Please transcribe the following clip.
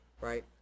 right